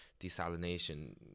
desalination